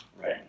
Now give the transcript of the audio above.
Right